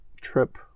trip